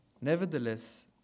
Nevertheless